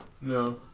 No